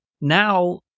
now